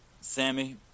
Sammy